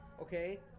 Okay